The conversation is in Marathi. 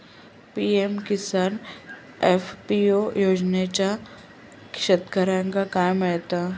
पी.एम किसान एफ.पी.ओ योजनाच्यात शेतकऱ्यांका काय मिळता?